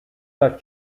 that